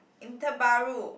inter Bahru